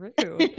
True